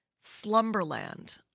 Slumberland